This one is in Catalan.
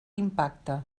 impacte